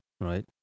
right